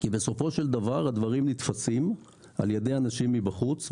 בסופו של דבר הדברים נתפסים על ידי אנשים מבחוץ,